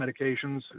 medications